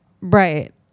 right